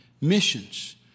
missions